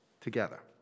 together